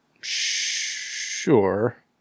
Sure